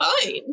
fine